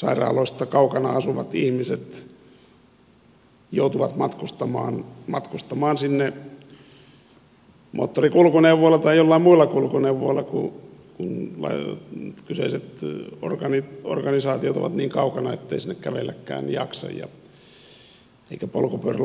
sairaaloista kaukana asuvat ihmiset joutuvat matkustamaan sinne moottorikulkuneuvoilla tai joillain muilla kulkuneuvoilla kun on laaja kysely sillä ole kyseiset organisaatiot ovat niin kaukana ettei sinne kävelläkään jaksa eikä polkupyörällä ajo onnistu